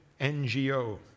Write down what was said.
NGO